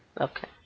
Okay